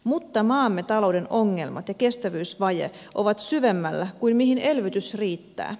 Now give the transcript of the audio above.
mutta maamme talouden ongelmat ja kestävyysvaje ovat syvemmällä kuin mihin elvytys riittää